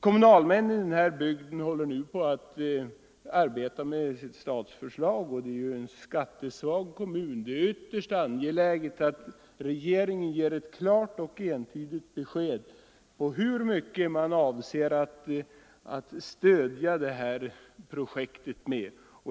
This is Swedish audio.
Kommunalmännen i den här bygden håller nu på att arbeta med sitt statförslag. Det är en ganska skattesvag kommun, och det är ytterst angeläget att regeringen ger ett klart och entydigt besked om hur mycket man avser att stödja det här projektet med.